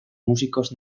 músicos